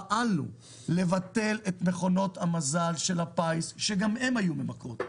פעלנו לבטל את מכונות המזל של הפיס שגם הן היו ממכרות.